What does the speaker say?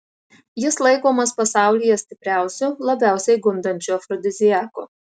jis laikomas pasaulyje stipriausiu labiausiai gundančiu afrodiziaku